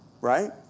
right